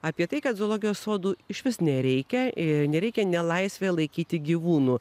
apie tai kad zoologijos sodų išvis nereikia ir nereikia nelaisvėje laikyti gyvūnų